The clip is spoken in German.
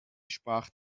sprach